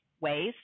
ways